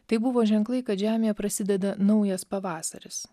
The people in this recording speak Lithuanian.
tai buvo ženklai kad žemėje prasideda naujas pavasaris